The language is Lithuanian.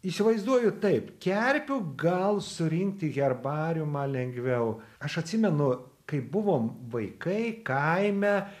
įsivaizduoju taip kerpių gal surinkti herbariumą lengviau aš atsimenu kai buvom vaikai kaime